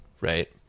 Right